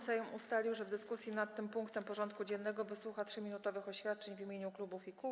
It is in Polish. Sejm ustalił, że w dyskusji nad tym punktem porządku dziennego wysłucha 3-minutowych oświadczeń w imieniu klubów i kół.